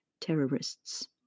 terrorists